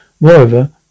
Moreover